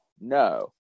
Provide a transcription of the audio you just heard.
No